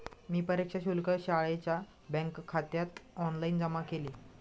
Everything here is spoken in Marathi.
मी परीक्षा शुल्क शाळेच्या बँकखात्यात ऑनलाइन जमा केले